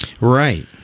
Right